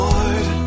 Lord